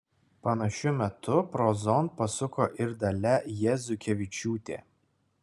panašiu metu prozon pasuko ir dalia jazukevičiūtė